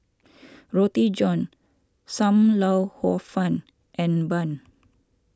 Roti John Sam Lau Hor Fun and Bun